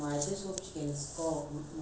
அப்புறம் அவங்க சொன்னாங்க:appuram avunga sonnanga uh